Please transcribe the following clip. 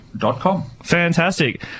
Fantastic